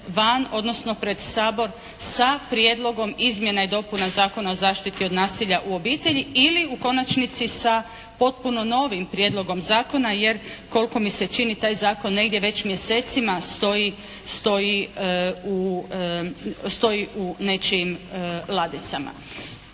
odnosno pred Sabor sa Prijedlogom izmjena i dopuna Zakona o zaštiti od nasilja u obitelji ili u konačnici sa potpuno novim Prijedlogom zakona jer koliko mi se čini taj zakon negdje već mjesecima stoji u, stoji u nečijim ladicama.